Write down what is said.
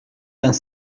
vingt